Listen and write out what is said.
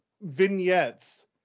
vignettes